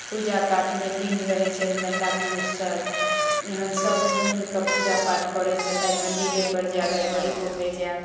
पूजा पाठमे लीन रहैत छनि महिला पुरुषसभ एहन सभ मिलि कऽ पूजा पाठ करैत आइ मंदिरेपर जायब आइ बड़ी पोखरि जायब